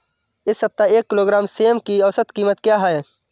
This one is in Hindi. इस सप्ताह एक किलोग्राम सेम की औसत कीमत क्या है?